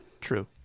True